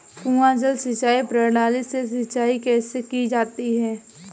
कुआँ जल सिंचाई प्रणाली से सिंचाई कैसे की जाती है?